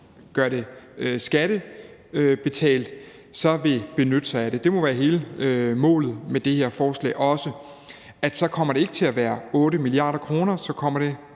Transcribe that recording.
gør det skattebetalt, så vil benytte sig af det. Det må også være målet med det her forslag. Og så kommer det ikke til at være 8 mia. kr., så kommer det